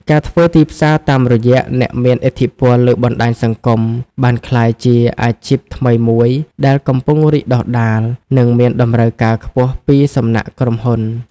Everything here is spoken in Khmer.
ការធ្វើទីផ្សារតាមរយៈអ្នកមានឥទ្ធិពលលើបណ្តាញសង្គម បានក្លាយជាអាជីពថ្មីមួយដែលកំពុងរីកដុះដាល និងមានតម្រូវការខ្ពស់ពីសំណាក់ក្រុមហ៊ុន។